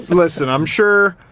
listen, i'm sure,